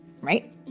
right